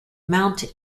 mount